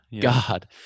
God